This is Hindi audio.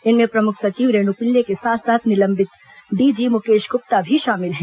इनमें प्रमुख सचिव रेणु पिल्ले के साथ साथ निलंबित डीजी मुकेश गुप्ता भी शामिल है